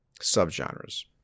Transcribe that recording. subgenres